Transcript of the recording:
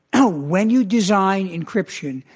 oh, when you design encryption,